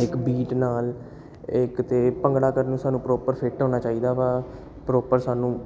ਇੱਕ ਬੀਟ ਨਾਲ ਇੱਕ ਅਤੇ ਭੰਗੜਾ ਕਰਨ ਨੂੰ ਸਾਨੂੰ ਪ੍ਰੋਪਰ ਫਿਟ ਹੋਣਾ ਚਾਹੀਦਾ ਵਾ ਪ੍ਰੋਪਰ ਸਾਨੂੰ